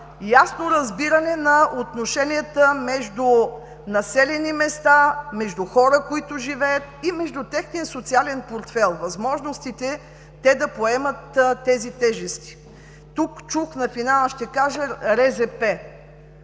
ясно разбиране на отношенията между населени места, между хора, които живеят, и техния социален портфейл – възможностите те да поемат тези тежести. На финала ще кажа –